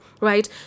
right